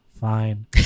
fine